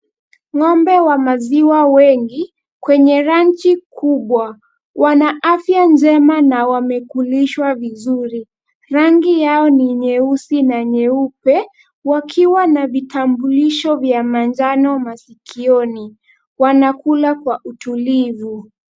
Ng'ombe wa maziwa wengi kwenye ranchi kubwa wanaafya njema na wamekulishwa vizuri rangi yao ni nyeusi na nyeupe wakiwa na vitambulisho vya manjano maskioni wanakula kwa utulivu.